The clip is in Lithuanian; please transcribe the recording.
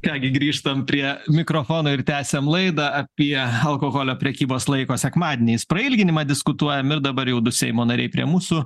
ką gi grįžtam prie mikrofonų ir tęsiam laidą apie alkoholio prekybos laiko sekmadieniais prailginimą diskutuojam ir dabar jau du seimo nariai prie mūsų